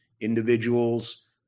individuals